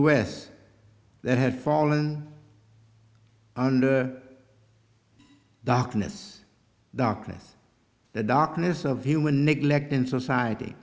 west that had fallen under darkness darkness the darkness of human neglect in society